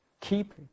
Keep